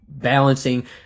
balancing